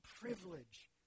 privilege